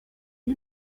you